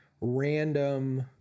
random